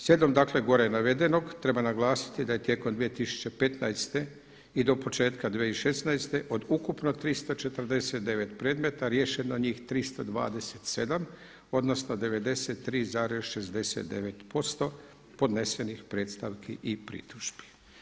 Slijedom dakle gore navedenog treba naglasiti da je tijekom 2015. i do početka 2016. od ukupno 349 predmeta riješeno njih 327 odnosno 93,69% podnesenih predstavki i pritužbi.